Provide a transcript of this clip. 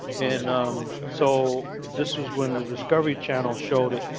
and um so this is when the discovery channel showed it.